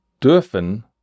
dürfen